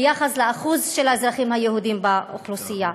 ביחס לאחוז אחוז של האזרחים היהודים באוכלוסייה.